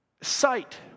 sight